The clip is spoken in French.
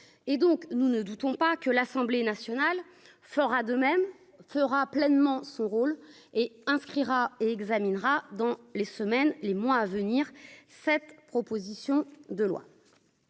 et donc nous ne doutons pas que l'Assemblée nationale fera de même sera pleinement son rôle et inscrira et examinera dans les semaines, les mois à venir, cette proposition de loi